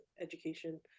education